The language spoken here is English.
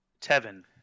Tevin